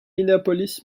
minneapolis